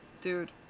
Dude